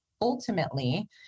ultimately